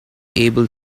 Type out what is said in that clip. able